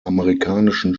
amerikanischen